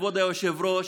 כבוד היושב-ראש,